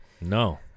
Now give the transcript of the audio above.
No